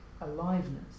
aliveness